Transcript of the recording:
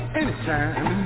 anytime